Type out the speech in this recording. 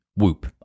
Whoop